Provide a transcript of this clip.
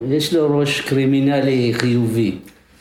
יש לו ראש קרימינלי חיובי